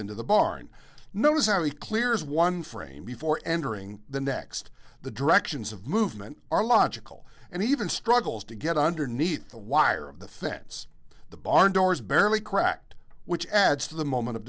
into the barn knows how he clears one frame before entering the next the directions of movement are logical and even struggles to get underneath the wire of the fence the barn doors barely cracked which adds to the moment of